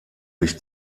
sich